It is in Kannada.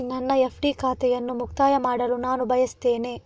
ನನ್ನ ಎಫ್.ಡಿ ಖಾತೆಯನ್ನು ಮುಕ್ತಾಯ ಮಾಡಲು ನಾನು ಬಯಸ್ತೆನೆ